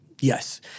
Yes